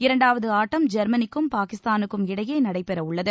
இரண்டாவது ஆட்டம் ஜெர்மனிக்கும் பாகிஸ்தானுக்கும் இடையே நடைபெறவுள்ளது